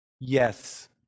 Yes